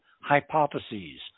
hypotheses